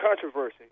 controversy